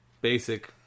basic